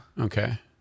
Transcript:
Okay